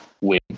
win